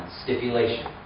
stipulation